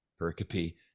pericope